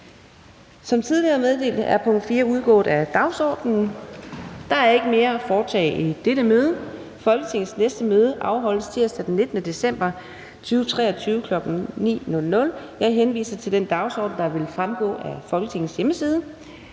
Som tidligere meddelt er punkt 4 udgået af dagsordenen, og der er ikke mere at foretage i dette møde. Folketingets næste møde afholdes tirsdag den 19. december 2023, kl. 9.00. Jeg henviser til den dagsorden, der vil fremgå af Folketingets hjemmeside.